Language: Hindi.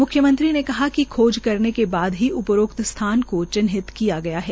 मुख्यमंत्री ने कहा कि खोज करने के बाद ही उपरोक्त स्थानों को चिन्हित किया गया है